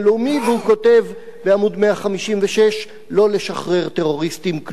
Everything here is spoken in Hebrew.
והוא כותב בעמוד 156: "לא לשחרר טרוריסטים כלואים.